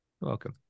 welcome